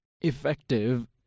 effective